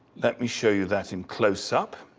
let me show you that in close up.